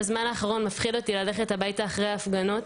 בזמן האחרון מפחיד אותי ללכת הביתה אחרי ההפגנות.